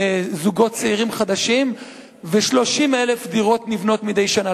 זוגות צעירים חדשים ו-30,000 דירות נבנות מדי שנה,